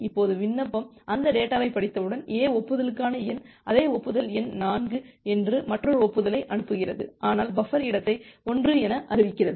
இப்போது விண்ணப்பம் அந்தத் டேட்டாவைப் படித்தவுடன் A ஒப்புதலுக்கான எண் அதே ஒப்புதல் எண் 4 என்று மற்றொரு ஒப்புதலை அனுப்புகிறது ஆனால் பஃபர் இடத்தை 1 என அறிவிக்கிறது